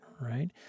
right